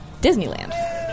Disneyland